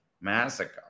massacre